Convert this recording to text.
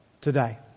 today